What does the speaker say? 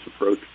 approach